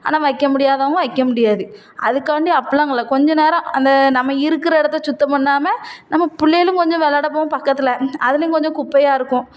ஆனால் வைக்க முடியாதவங்க வைக்க முடியாது அதுக்காண்டி இல்லை கொஞ்சம் நேரம் அந்த நம்ம இருக்கிற இடத்தை சுத்தம் பண்ணாமல் நம்ம பிள்ளையலும் கொஞ்சம் வெளாட போகும் பக்கத்தில் அதிலையும் கொஞ்சம் குப்பையாக இருக்கும்